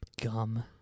gum